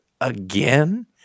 again